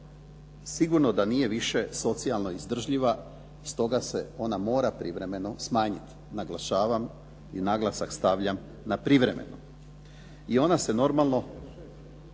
sigurno da nije više socijalno izdržljiva, stoga se ona mora privremeno smanjiti. Naglašavam i naglasak stavljam na privremeno. I ona se normalno